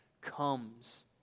Comes